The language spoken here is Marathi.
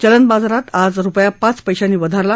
चलन बाजारात आज रुपया पाच पैशांनी वधारला